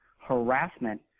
harassment